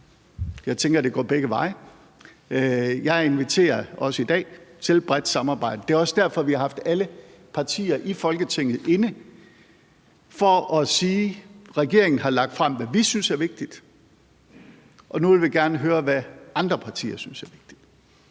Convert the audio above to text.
jeg tænker, det går begge veje. Jeg inviterer også i dag til et bredt samarbejde. Det er også derfor, vi har haft alle partier i Folketinget inde for at sige, at regeringen har lagt frem, hvad vi synes er vigtigt, og nu vil vi gerne høre, hvad andre partier synes er vigtigt.